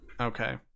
Okay